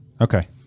okay